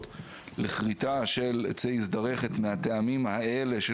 לכריתה של עצי אזדרכת מהטעמים האלה,